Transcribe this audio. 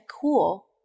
cool